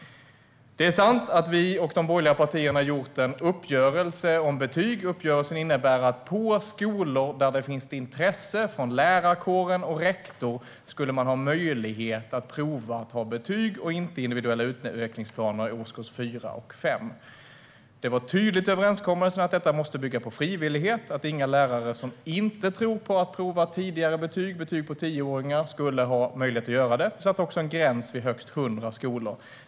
Det är sant att vi och de borgerliga partierna gjort en uppgörelse om betyg. Uppgörelsen innebär att man på skolor där det finns intresse från lärarkåren och rektor skulle ha möjlighet att prova att ha betyg och inte individuella utvecklingsplaner i årskurs 4 och 5. Det var tydligt i överenskommelsen att detta måste bygga på frivillighet, att inga lärare som inte tror på att prova tidigare betyg, betyg på tioåringar, skulle ha möjlighet att göra det. Vi satte också en gräns vid högst 100 skolor.